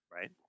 Right